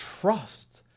trust